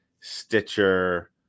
stitcher